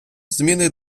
зміни